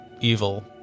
evil